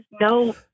no